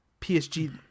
PSG